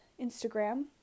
Instagram